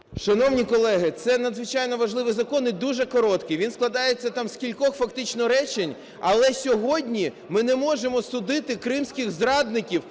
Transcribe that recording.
Шановні колеги, це надзвичайно важливий закон і дуже короткий. Він складається там з кількох фактично речень, але сьогодні ми не можемо судити кримських зрадників,